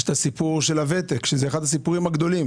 יש את הסיפור של הוותק, שזה אחד הסיפורים הגדולים.